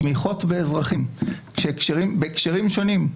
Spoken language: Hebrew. תמיכות באזרחים בהקשרים שונים.